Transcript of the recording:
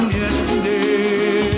yesterday